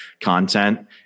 content